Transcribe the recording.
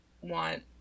want